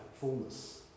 fullness